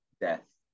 death